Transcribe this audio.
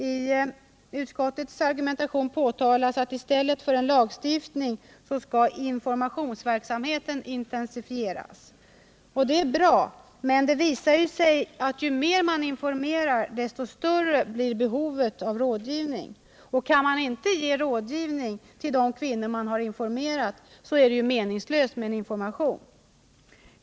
I utskottets argumentation påpekas att i stället för en lagstiftning skall informationsverksamheten intensifieras. Och det är bra, men det visar sig att ju mer man informerar, desto större blir behovet av rådgivning, och kan man inte ge råd till de kvinnor som man har informerat är det ju meningslöst med information.